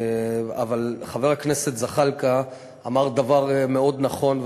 אבל חבר הכנסת זחאלקה אמר דבר מאוד נכון,